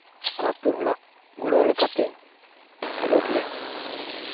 ᱟᱛᱳ ᱦᱚᱲᱟᱜ ᱜᱚᱲᱚ ᱞᱮᱠᱟᱛᱮ ᱠᱷᱮᱞᱳᱰ ᱞᱮ